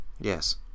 yes